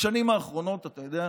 בשנים האחרונות, אתה יודע,